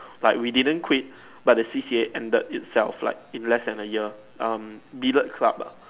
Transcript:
but we didn't quit but the C_C_A ended itself like in less than a year um billet club ah